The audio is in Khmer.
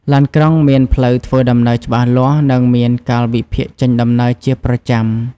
ឡានក្រុងមានផ្លូវធ្វើដំណើរច្បាស់លាស់ និងមានកាលវិភាគចេញដំណើរជាប្រចាំ។